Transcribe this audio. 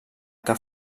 que